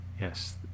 yes